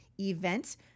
events